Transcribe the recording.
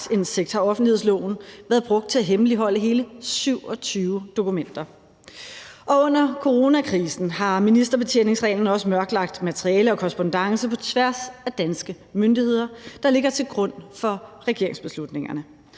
har offentlighedsloven været brugt til at hemmeligholde hele 27 dokumenter. Og under coronakrisen har ministerbetjeningsreglen også mørklagt materiale og korrespondance på tværs af danske myndigheder, der ligger til grund for regeringsbeslutningerne.